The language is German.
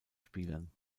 spielern